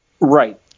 Right